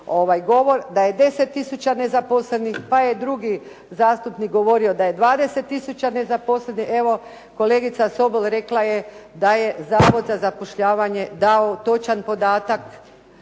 govor da je 10 tisuća nezaposlenih, pa je drugi zastupnik govorio da je 20 tisuća nezaposlenih, evo kolegica Sobol rekla je da je Zavod za zapošljavanje dao točan podatak,